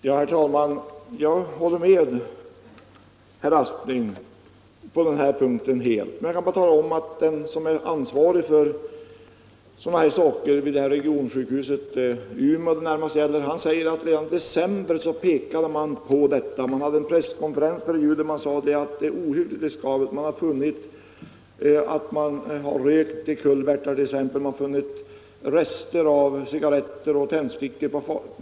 Herr talman! Jag håller helt med herr Aspling på den här punkten. Men den som är ansvarig för dessa saker vid regionsjukhuset i Umeå — den tekniske chef som jag citerade i mitt förra anförande — säger att man redan i december förra året pekade på dessa risker. Vid en presskonferens före jul framhölls det att sängrökningen är ohyggligt riskabel. Man har i kulvertar och på andra farliga ställen funnit rester av cigarretter och tändstickor.